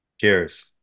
Cheers